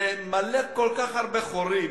זה מלא בכל כך הרבה חורים,